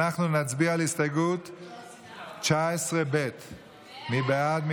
אנחנו נצביע על הסתייגות 19ב'. מי בעד?